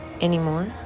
anymore